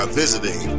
visiting